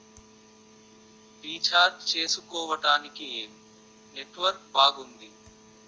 Recharge చేసుకోవటానికి ఏం network బాగుంది?